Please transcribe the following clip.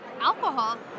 alcohol